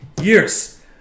Years